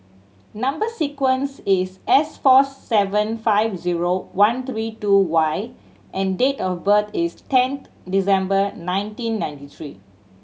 number sequence is S four seven five zero one three two Y and date of birth is tenth December nineteen ninety three